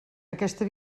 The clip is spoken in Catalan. aquesta